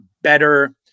better